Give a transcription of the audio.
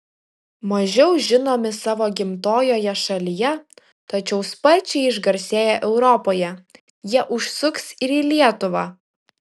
mažiau žinomi savo gimtojoje šalyje tačiau sparčiai išgarsėję europoje jie užsuks ir į lietuvą